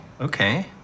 Okay